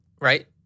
right